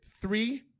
three